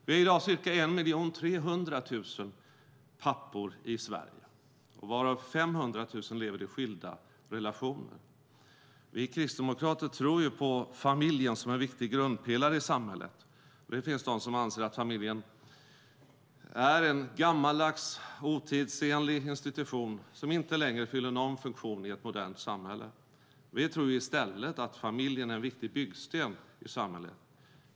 Vi är i dag ca 1 300 000 pappor i Sverige, varav 500 000 lever i skilda relationer. Vi kristdemokrater tror ju på familjen som en viktig grundpelare i samhället. Det finns de som anser att familjen är en gammaldags, otidsenlig institution som inte längre fyller någon funktion i ett modernt samhälle. Vi tror i stället att familjen är en viktig byggsten i samhället.